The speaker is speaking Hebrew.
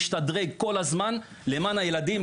להשתדרג כל הזמן למען הילדים,